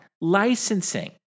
Licensing